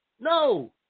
No